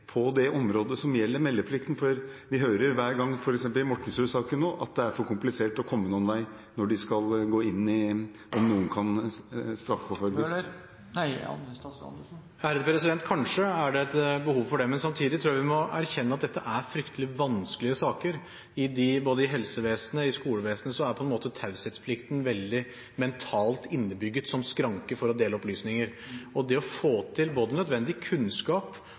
på det området som gjelder meldeplikten – for vi hører hver gang, f.eks. i Mortensrud-saken nå, at det er for komplisert å komme noen vei når de skal gå inn i om noen kan straffeforfølges? Kanskje er det et behov for det, men samtidig tror jeg vi må erkjenne at dette er fryktelig vanskelige saker. Både i helsevesenet og i skolevesenet er på en måte taushetsplikten veldig mentalt innebygget som skranke for å dele opplysninger. Det å få til både nødvendig kunnskap